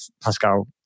Pascal